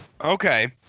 Okay